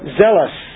zealous